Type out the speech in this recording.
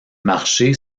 marché